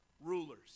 rulers